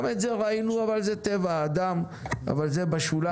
גם את זה ראינו, זה טבע האדם, אבל זה בשוליים.